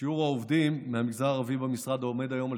שיעור העובדים מהמגזר הערבי במשרד עומד היום על